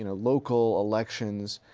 you know local elections,